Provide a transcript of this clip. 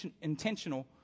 intentional